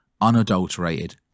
unadulterated